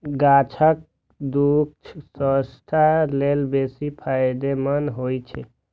गाछक दूछ स्वास्थ्य लेल बेसी फायदेमंद होइ छै